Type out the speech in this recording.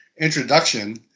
introduction